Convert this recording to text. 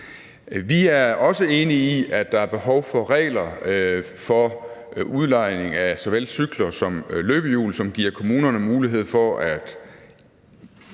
Vi er også enige i, at der er behov for regler for udlejning af såvel cykler som løbehjul, hvilket giver kommunerne mulighed for at